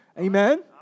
Amen